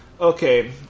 Okay